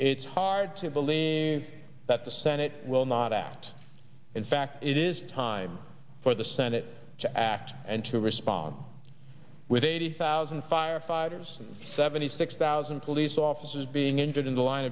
it's hard to believe that the senate will not act in fact it is time for the senate to act and to respond with eighty thousand firefighters seventy six thousand police officers being injured in the line